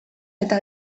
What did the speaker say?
eta